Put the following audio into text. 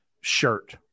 shirt